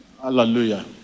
Hallelujah